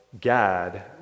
Gad